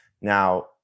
Now